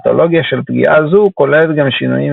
הפתולוגיה של פגיעה זו כוללת גם שינויים